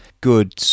good